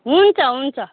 हुन्छ हुन्छ